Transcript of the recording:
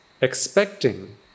expecting